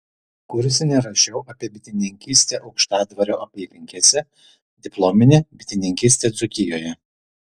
kursinį rašiau apie bitininkystę aukštadvario apylinkėse diplominį bitininkystę dzūkijoje